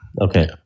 okay